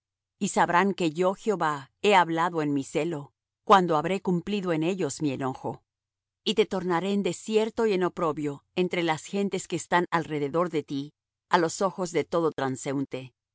y sabrán que yo jehová he hablado en mi celo cuando habré cumplido en ellos mi enojo y te tornaré en desierto y en oprobio entre las gentes que están alrededor de ti á los ojos de todo transeunte